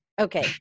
Okay